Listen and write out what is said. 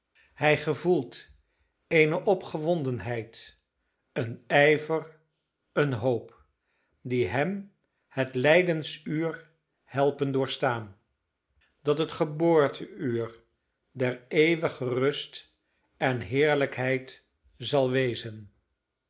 hij gevoelt eene opgewondenheid een ijver eene hoop die hem het lijdensuur helpen doorstaan dat het geboorte uur der eeuwige rust en heerlijkheid zal wezen